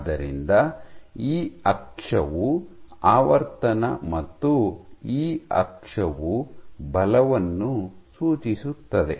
ಆದ್ದರಿಂದ ಈ ಅಕ್ಷವು ಆವರ್ತನ ಮತ್ತು ಈ ಅಕ್ಷವು ಬಲವನ್ನು ಸೂಚಿಸುತ್ತದೆ